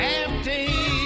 empty